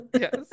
yes